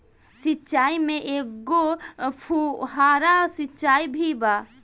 सिचाई में एगो फुव्हारा सिचाई भी बा